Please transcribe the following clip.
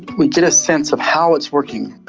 we get a sense of how it's working,